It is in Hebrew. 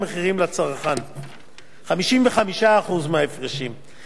55% מההפרשים ישולמו במשך עשר שנים,